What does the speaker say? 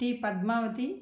T Padmavati